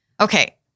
okay